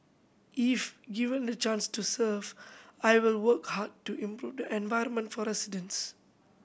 if given the chance to serve I will work hard to improve the environment for residents